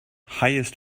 highest